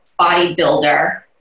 bodybuilder